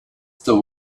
the